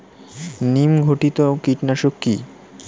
নিম ঘটিত কীটনাশক কি?